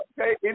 okay